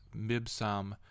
Mibsam